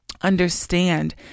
understand